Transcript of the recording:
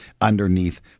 underneath